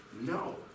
No